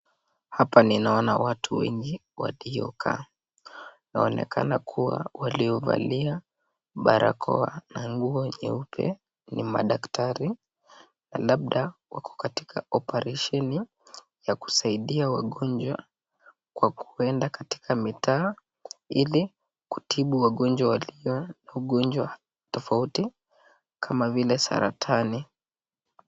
Hapa ninaona watu wengi waliokaa. Inaonekana kuwa waliovalia barakoa na nguo nyeupe ni madaktari, na labda wako katika operesheni ya kusaidia wagonjwa kwa kuenda katika mitaa ili kutibu wagonjwa walio na magonjwa tofauti kama vile saratani.